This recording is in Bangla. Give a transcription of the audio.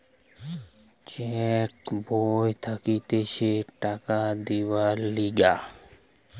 চেক বই থাকতিছে টাকা দিবার লিগে